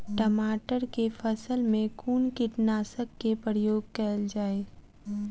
टमाटर केँ फसल मे कुन कीटनासक केँ प्रयोग कैल जाय?